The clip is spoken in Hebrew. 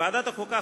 ועדת החוקה,